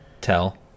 tell